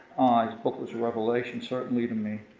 his book was revelation, certainly to me.